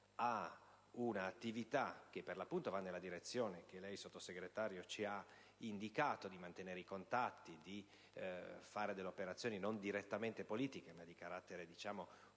a un'attività, che per l'appunto va nella direzione che lei, Sottosegretario, ci ha indicato, di mantenere contatti e di portare avanti operazioni non direttamente politiche, ma di carattere culturale,